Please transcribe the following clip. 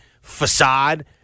facade